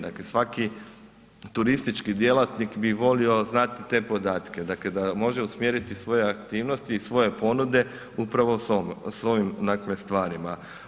Dakle svaki turistički djelatnik bi volio znati te podatke dakle da može usmjeriti svoje aktivnosti i svoje ponude upravo s ovim stvarima.